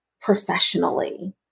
professionally